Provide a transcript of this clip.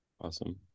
Awesome